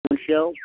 महनसेयाव